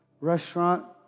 restaurant